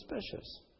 Suspicious